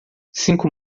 cinco